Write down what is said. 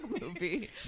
movie